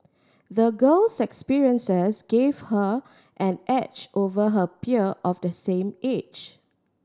the girl's experiences gave her an edge over her peer of the same age